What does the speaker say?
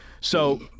So-